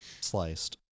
sliced